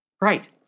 Right